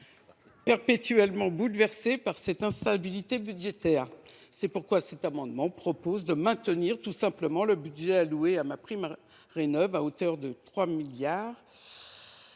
perpétuellement bouleversée par cette instabilité budgétaire. C’est pourquoi cet amendement vise à maintenir tout simplement le budget alloué à MaPrimeRénov’ à hauteur de 3 milliards